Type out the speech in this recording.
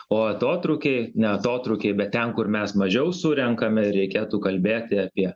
o atotrūkiai ne atotrūkiai bet ten kur mes mažiau surenkame reikėtų kalbėti apie